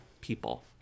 people